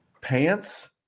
Pants